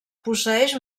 posseeix